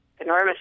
enormous